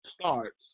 starts